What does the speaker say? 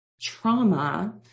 trauma